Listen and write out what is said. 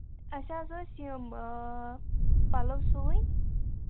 اَسہِ حظ ٲسۍ یِم آ پَلو سُوٕنۍ